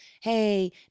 hey